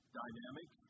dynamic